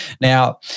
Now